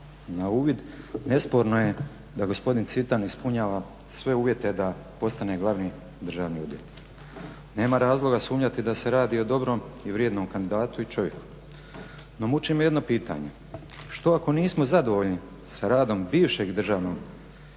na uvid nesporno je da gospodin Cvitan ispunjava sve uvjete da postane glavni državni odvjetnik. Nema razloga sumnjati da se radi o dobrom i vrijednom kandidatu i čovjeku. No, muči me jedno pitanje. Što ako nismo zadovoljni sa radom bivšeg državnog glavnog